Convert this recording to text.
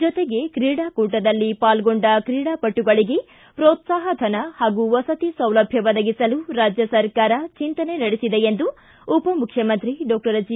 ಜೊತೆಗೆ ಕ್ರೀಡಾಕೂಟದಲ್ಲಿ ಪಾಲ್ಗೊಂಡ ಕ್ರೀಡಾವಟುಗಳಿಗೆ ಪ್ರೊತ್ಸಾಹ ಧನ ಹಾಗೂ ವಸತಿ ಸೌಲಭ್ದ ಒದಗಿಸಲು ರಾಜ್ಯ ಸರ್ಕಾರ ಚಿಂತನೆ ನಡೆಸಿದೆ ಎಂದು ಉಪಮುಖ್ಕಮಂತ್ರಿ ಡಾಕ್ಟರ್ ಜಿ